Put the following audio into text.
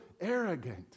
arrogant